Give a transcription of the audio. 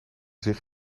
zich